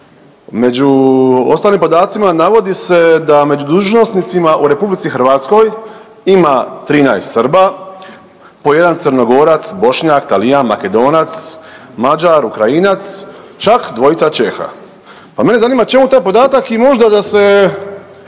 Među ostalim podacima navodi se da među dužnosnicima u RH ima 13 Srba, po 1 Crnogorac, Bošnjak, Talijan, Makedonac, Mađar, Ukrajinac čak 2 Čeha. Pa mene zanima čemu taj podatak i možda da se